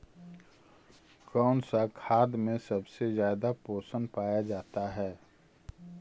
कौन सा खाद मे सबसे ज्यादा पोषण पाया जाता है?